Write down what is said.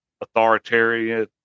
authoritarian